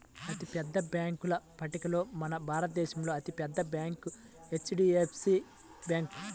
అతిపెద్ద బ్యేంకుల పట్టికలో మన భారతదేశంలో అతి పెద్ద బ్యాంక్ హెచ్.డీ.ఎఫ్.సీ బ్యాంకు